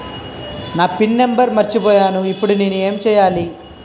నా PIN number మర్చిపోయాను ఇప్పుడు నేను ఎంచేయాలి?